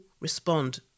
respond